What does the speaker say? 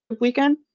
weekend